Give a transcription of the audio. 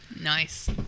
Nice